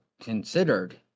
considered